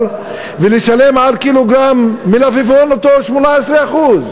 ומישהו ישלם על קילוגרם מלפפון אותם 18%?